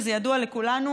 וזה ידוע לכולנו,